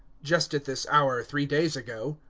just at this hour, three days ago,